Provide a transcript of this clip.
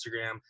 Instagram